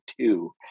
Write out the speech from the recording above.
two